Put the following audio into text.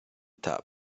top